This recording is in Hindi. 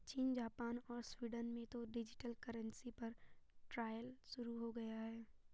चीन, जापान और स्वीडन में तो डिजिटल करेंसी पर ट्रायल शुरू हो गया है